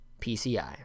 PCI